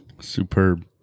superb